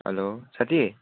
hello साथी